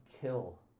kill